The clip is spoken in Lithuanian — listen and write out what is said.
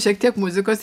šiek tiek muzikos